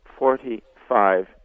45%